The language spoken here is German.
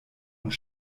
und